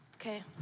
okay